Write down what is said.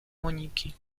moniki